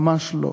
ממש לא.